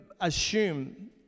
assume